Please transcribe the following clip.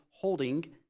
holding